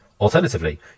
alternatively